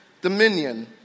dominion